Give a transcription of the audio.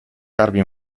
garbi